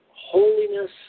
holiness